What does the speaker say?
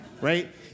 right